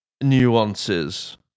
nuances